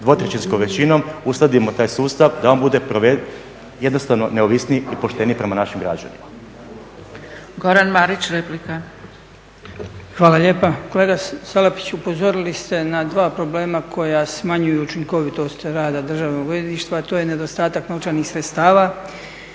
dvotrećinskom većinom ustvrdimo taj sustav da on bude provediv jednostavno neovisniji i pošteniji prema našim građanima. **Zgrebec, Dragica (SDP)** Goran Marić, replika. **Marić, Goran (HDZ)** Hvala lijepa. Kolega Salapiću upozorili ste na dva problema koji smanjuju učinkovitost rada Državnog odvjetništva, a to je nedostatak novčanih sredstava